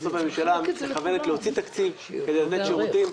בסוף הממשלה מתכוונת להוציא כסף כדי לתת שירותים.